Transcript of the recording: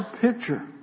picture